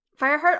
Fireheart